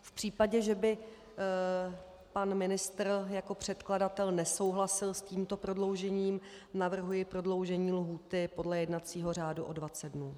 V případě, že by pan ministr jako předkladatel nesouhlasil s tímto prodloužením, navrhuji prodloužení lhůty podle jednacího řádu o 20 dnů.